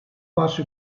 passo